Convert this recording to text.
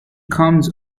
comes